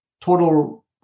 total